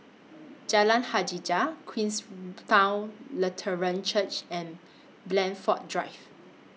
Jalan Hajijah Queenstown Lutheran Church and Blandford Drive